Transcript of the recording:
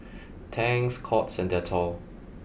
Tangs Courts and Dettol